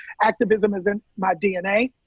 activism is in my dna.